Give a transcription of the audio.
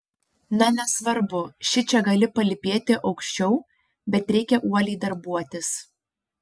na nesvarbu šičia gali palypėti aukščiau bet reikia uoliai darbuotis